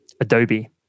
Adobe